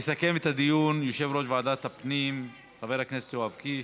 יסכם את הדיון יושב-ראש ועדת הפנים חבר הכנסת יואב קיש,